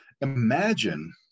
Imagine